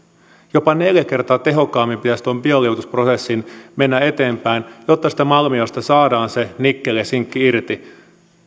jopa neljä kertaa tehokkaammin pitäisi tuon bioliuotusprosessin mennä eteenpäin jotta siitä malmiosta saadaan se nikkeli ja sinkki irti